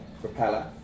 propeller